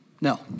No